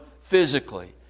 physically